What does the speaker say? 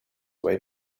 way